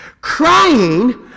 crying